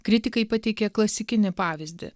kritikai pateikė klasikinį pavyzdį